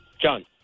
John